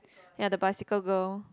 ya the bicycle girl